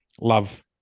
love